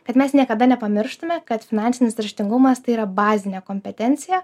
kad mes niekada nepamirštume kad finansinis raštingumas tai yra bazinė kompetencija